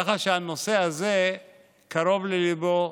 ככה שהנושא הזה קרוב לליבו.